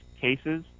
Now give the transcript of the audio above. cases